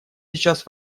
сейчас